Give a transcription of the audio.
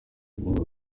nguwo